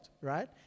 right